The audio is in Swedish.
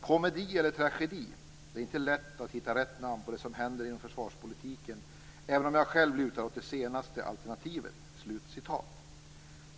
Komedi eller tragedi. Det är inte lätt att hitta rätt namn på det som händer inom försvarspolitiken, även om jag själv lutar åt det senaste alternativet.